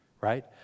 right